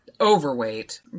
overweight